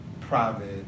private